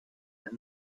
and